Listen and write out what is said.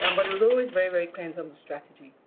and but he was always very, very clear in terms of strategy,